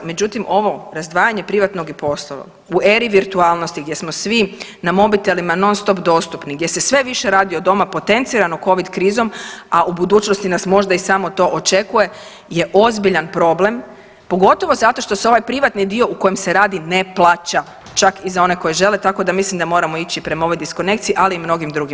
Međutim ovo razdvajanje privatnog i poslovnog u eri virtualnosti gdje smo svi na mobitelima non stop dostupni, gdje se sve više radi od doma potencirano covid krizom, a u budućnosti nas možda i samo to očekuje je ozbiljan problem, pogotovo zato što se ovaj privatni dio u kojem se radi ne plaća, čak i za one koji žele, tako da mislim da moramo ići prema ovoj diskonekciji, ali i mnogim drugim